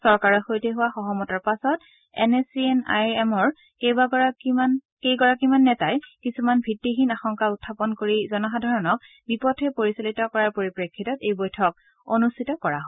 চৰকাৰৰ সৈতে হোৱা সহমতৰ পাছত N S C N I এমৰ কেইগৰাকীমান নেতাই কিছুমান ভিত্তিহীন আশংকা উখাপন কৰি জনসাধাৰণক বিপথে পৰিচালিত কৰাৰ পৰিপ্ৰেক্ষিতত এই বৈঠক অনুষ্ঠিত কৰা হয়